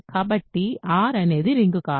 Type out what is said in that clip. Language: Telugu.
కాబట్టి R అనేది రింగ్ కాదు